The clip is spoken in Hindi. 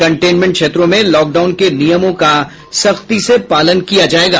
कंटेनमेंट क्षेत्रों में लॉकडाउन के नियमों का सख्ती से पालन किया जाएगा